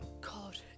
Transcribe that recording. god